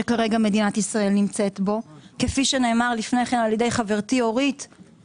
שכרגע מדינת ישראל נמצאת בו כפי שנאמר לפני כן על ידי חברתי אורית,